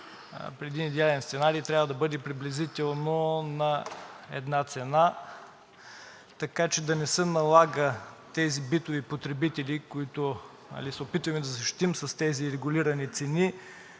при един идеален сценарий трябва да бъде приблизително на една цена, така че да не се налага тези битови потребители, които се опитваме да защитим с тези регулирани цени,